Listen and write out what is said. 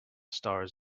stars